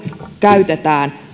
käytetään